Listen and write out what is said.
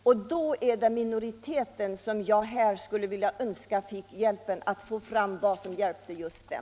Jag skulle önska att denna minoritet kunde få det medel prövat som kunnat hjälpa just dem.